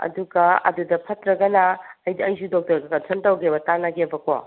ꯑꯗꯨꯒ ꯑꯗꯨꯗ ꯐꯠꯇ꯭ꯔꯒꯅ ꯑꯩꯁꯨ ꯗꯣꯛꯇꯔꯒ ꯀꯟꯁꯜ ꯇꯧꯒꯦꯕ ꯇꯥꯟꯅꯒꯦꯕꯀꯣ